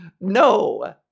No